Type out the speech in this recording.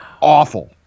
awful